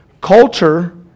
Culture